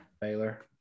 Baylor